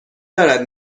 دارد